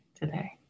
today